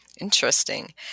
Interesting